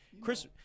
Chris –